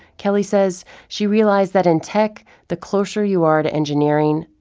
kelly says she realize that in tech, the closer you are to engineering,